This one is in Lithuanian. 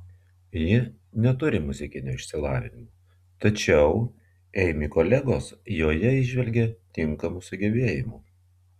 ji neturi muzikinio išsilavinimo tačiau eimi kolegos joje įžvelgia tinkamų sugebėjimų